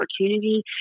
opportunity